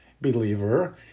believer